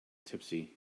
tipsy